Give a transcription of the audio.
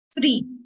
Three